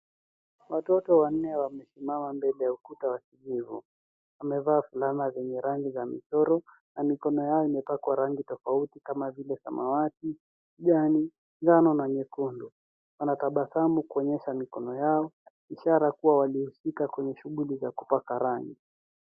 Watoto wanne wamesimama mbele ya ukuta wa kijivu Wamevaa fulana zenye rangi za michoro na mikono yao imepakwa rangi tofauti kama vile samawati, kijani ,njano na nyekundu. Wanatabasamu kuonyesha mikono yao, ishara kuwa walihusika kwenye shughuli za kupaka rangi .